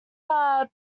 are